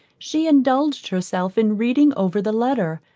she indulged herself in reading over the letter,